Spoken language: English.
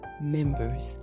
members